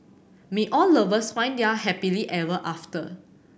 may all lovers find their happily ever after